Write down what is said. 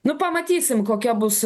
nu pamatysim kokia bus